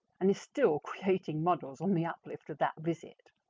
and is still creating models on the uplift of that visit.